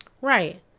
Right